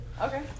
Okay